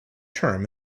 term